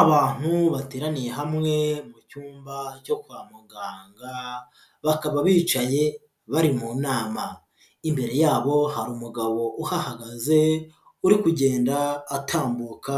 Abantu bateraniye hamwe mu cyumba cyo kwa muganga, bakaba bicaye bari mu nama, imbere yabo hari umugabo uhahagaze uri kugenda atambuka